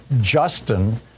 Justin